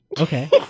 Okay